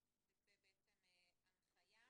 לדבר על ההיבטים הנפשיים,